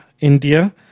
India